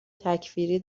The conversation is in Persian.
تکفیری